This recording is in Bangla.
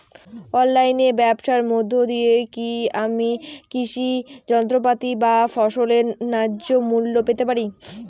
অনলাইনে ব্যাবসার মধ্য দিয়ে কী আমি কৃষি যন্ত্রপাতি বা ফসলের ন্যায্য মূল্য পেতে পারি?